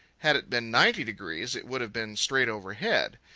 had it been ninety degrees it would have been straight overhead.